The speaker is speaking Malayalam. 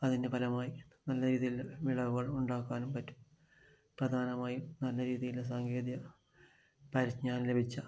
അതിൻ്റെ ഫലമായി നല്ല രീതിയിൽ വിളവുകൾ ഉണ്ടാക്കുവാനും പറ്റും പ്രധാനമായും നല്ല രീതിയിൽ സാങ്കേതിക പരിജ്ഞാനം ലഭിച്ച